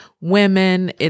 women